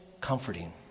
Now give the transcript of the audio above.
comforting